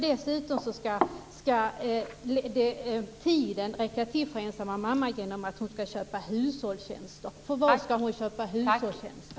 Dessutom ska tiden för den ensamma mamman räcka till genom att hon ska köpa hushållstjänster. För vad ska hon köpa hushållstjänster?